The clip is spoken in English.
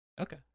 Okay